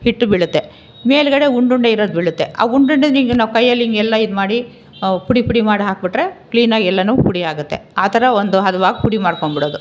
ಹಿಟ್ಟು ಬೀಳುತ್ತೆ ಮೇಲುಗಡೆ ಉಂಡುಂಡೆ ಇರೋದು ಬೀಳುತ್ತೆ ಆ ಉಂಡುಂಡೆನ ಹಿಂಗೆ ಕೈಯ್ಯಲ್ಲಿ ಹಿಂಗೆಲ್ಲ ಇದ್ಮಾಡಿ ಪುಡಿ ಪುಡಿ ಮಾಡಾಕ್ಬಿಟ್ರೆ ಕ್ಲೀನಾಗಿ ಎಲ್ಲವೂ ಪುಡಿ ಆಗುತ್ತೆ ಆ ಥರ ಒಂದು ಹದವಾಗಿ ಪುಡಿ ಮಾಡಿಕೊಂಡ್ಬಿಡೋದು